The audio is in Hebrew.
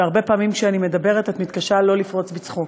והרבה פעמים כשאני מדברת את מתקשה לא לפרוץ בצחוק.